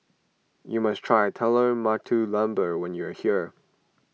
you must try Telur Mata Lembu when you are here